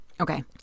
Okay